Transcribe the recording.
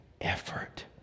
effort